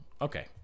Okay